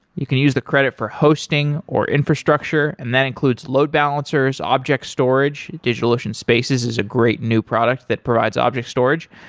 you can use the credit for hosting, or infrastructure, and that includes load balancers, object storage. digitalocean spaces is a great new product that provides object storage,